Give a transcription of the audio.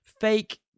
Fake